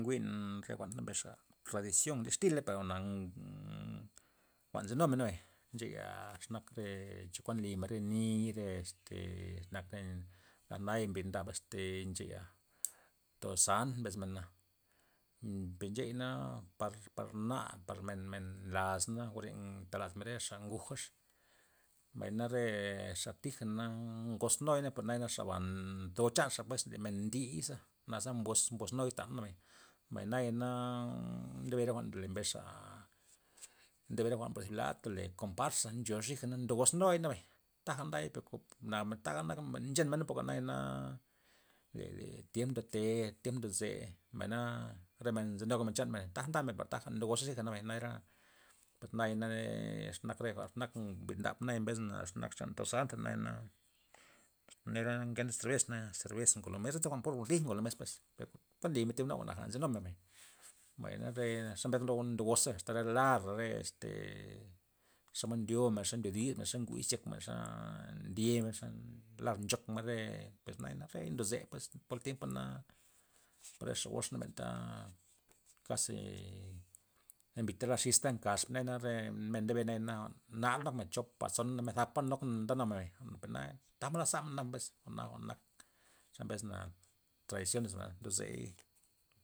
Jwi'n re jwa'n ta mbesxa tradiazyon disxtila per jwa'na jwa'n nzynumena nabay ncheya ze nak re chokuan lymen re niy re este xe nak este laj naya mbrid ndab este ncheya, tozant mbes mena' per ncheya na par- par na par men- men lazna jwa're ntelazmen re xa nguja', mbay na re xa tija' na ngoz nui'na per nayana xa bana nto chanxa pues zi men ndiy ze naze mboz- mboz nuy taney nabay, mbay naya na ndebe re jwa'n ndole mbesxa mbere re jwa'n thib lad ndole komparza ncho xijana ndoguz noy nabay, taja nday per jwa'na taga naka bay nchemena porke na le- le thi tiemp ndote tiemp ndoze mbayna re men nzy nugamen chanmen taja ndamen per taja ndojoxa zija na yana per nayana re xe nak rega or xe nak mbrid ndab naya mbesna xa nak chan tozanta nayana, nera ngeta zerbesna naya zerbes ngo mes pur jwa'n lo tij ngolo mes per- per kuan limen tin jwa'naja nzinumen bay, mbay na re xe mbesna lo'o ndogoza asta lara re este xomod ndyomen chomod ndo dismen nguy izyek men xa ndyemen xa lar nchokmen re pues naya rey ndo ze pues pol tiempa na per re xa goxna tana kasi nabinta lar xista nkaxa naya re men ndebe nayana jwa'n nara nokmen chopa, tsona mer zapa nokmen ndenumen per naya tamod nak zamen pues jwa'na jwa'n nakxe mbesna tradiziones ba ndozey.